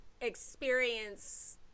experience